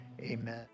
amen